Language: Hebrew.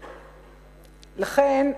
לכן,